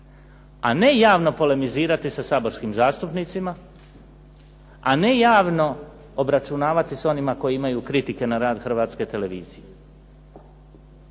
a ne javno polemizirati sa saborskim zastupnicima, a ne javno obračunavati s onima koji imaju kritike na rad Hrvatske televizije.